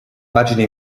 pagine